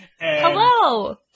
Hello